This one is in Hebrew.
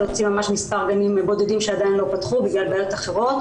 להוציא ממש מספר גנים בודדים שעדיין לא פתחו בגלל בעיות אחרות,